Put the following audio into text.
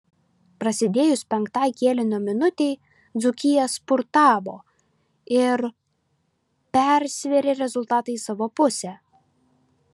prasidėjus penktai kėlinio minutei dzūkija spurtavo ir persvėrė rezultatą į savo pusę